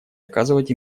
оказывать